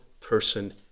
person